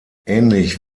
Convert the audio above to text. ähnlich